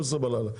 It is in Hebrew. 24:00 בלילה.